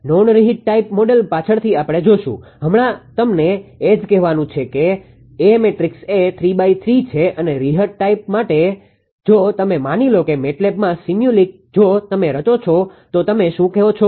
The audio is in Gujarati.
નોન રીહિટ ટાઇપ મોડેલ પાછળથી જોશુ હમણાં તમને એ જ કહેવાનું છે કે A મેટ્રિક્સ એ 3×3 છે અને રીહટ ટાઇપ માટે જો તમે માની લો કે MATLABમાં સિમ્યુલિંક જો તમે રચો છો તો તમે શું કહો છો